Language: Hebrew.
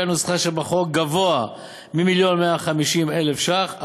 הנוסחה שבחוק גבוה ממיליון ו־150,000 ש"ח,